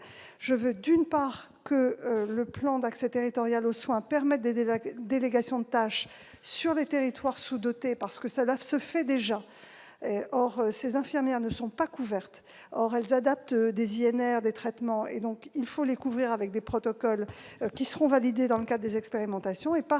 je souhaite que le plan d'accès territorial aux soins permette des délégations de tâches sur les territoires sous-dotés. Cela se fait déjà. Or ces infirmières ne sont pas couvertes. Pourtant, elles adaptent des INR, des traitements. Il faut donc les couvrir avec des protocoles qui seront validés dans le cadre des expérimentations. Par